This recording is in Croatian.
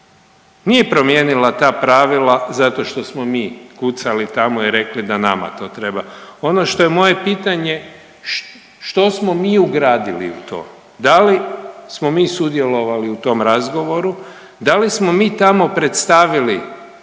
nije promijenila ta pravila zato što smo mi kucali tamo i rekli da nama to treba. Ono što je moje pitanje što smo mi ugradili u to, da li smo mi sudjelovali u tom razgovoru, da li smo mi tamo predstavili